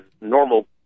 normal